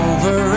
Over